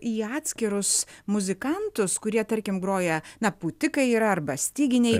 į atskirus muzikantus kurie tarkim groja na pūtikai yra arba styginiai